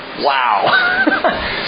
Wow